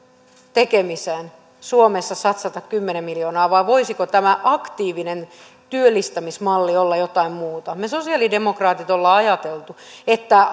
tekemiseen suomessa satsata kymmenen miljoonaa vai voisiko tämä aktiivinen työllistämismalli olla jotain muuta me sosiaalidemokraatit olemme ajatelleet että